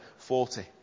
40